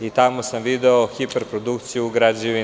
i tamo sam video hiper produkciju građevina.